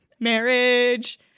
marriage